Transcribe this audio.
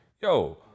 yo